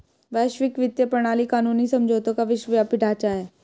वैश्विक वित्तीय प्रणाली कानूनी समझौतों का विश्वव्यापी ढांचा है